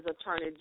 Attorney